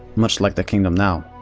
much like the kingdom now.